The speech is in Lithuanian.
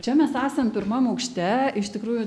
čia mes esam pirmam aukšte iš tikrųjų